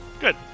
Good